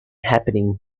happening